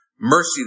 Mercy